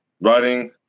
writing